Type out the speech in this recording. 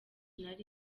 nari